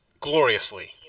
gloriously